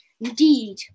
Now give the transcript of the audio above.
Indeed